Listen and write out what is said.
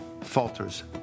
falters